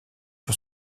sur